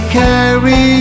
carry